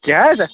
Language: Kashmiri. کیٛاہ حظ